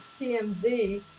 TMZ